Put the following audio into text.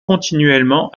continuellement